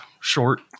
short